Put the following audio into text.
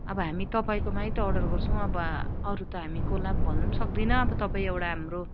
अब हामी तपाईँकोमै त अर्डर गर्छौँ अब अरू त हामी कसलाई पनि भन्नु पनि सक्दिनँ अब तपाईँँ एउटा हाम्रो